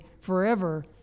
forever